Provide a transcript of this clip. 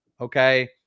okay